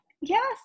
yes